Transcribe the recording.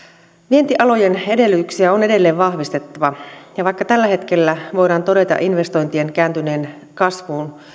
vientialojen edellytyksiä on edelleen vahvistettava ja vaikka tällä hetkellä voidaan todeta investointien kääntyneen kasvuun